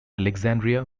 alexandria